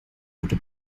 rote